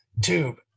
tube